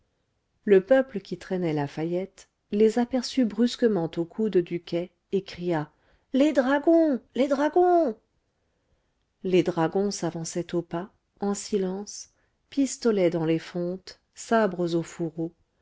le peuple qui traînait lafayette les aperçut brusquement au coude du quai et cria les dragons les dragons les dragons s'avançaient au pas en silence pistolets dans les fontes sabres aux fourreaux